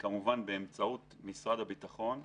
כמובן באמצעות משרד הביטחון,